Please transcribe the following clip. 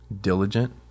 diligent